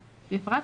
בפרט,